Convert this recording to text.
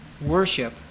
worship